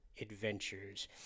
adventures